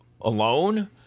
alone